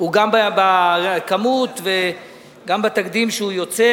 גם בכמות וגם בתקדים שהוא יוצר.